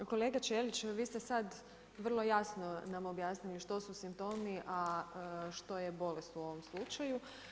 Kolega Ćelić, vi ste sada vrlo jasno nam objasnili što su simptomi a što je bolest u ovom slučaju.